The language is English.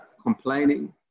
complaining